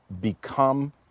become